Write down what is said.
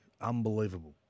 Unbelievable